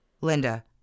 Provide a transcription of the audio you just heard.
Linda